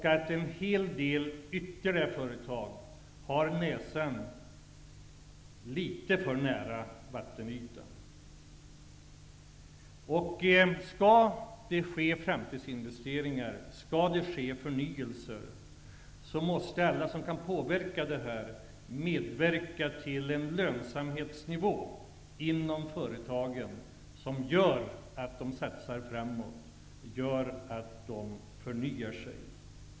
Ytterligare en hel del företag har näsan litet för nära vattenytan. Om framtidsinvesteringar och förnyelser skall komma till stånd, måste alla som kan påverka det här medverka till en lönsamhetsnivå inom företagen som gör att de kan satsa för framtiden och förnya sig.